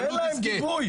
תן להם גיבוי.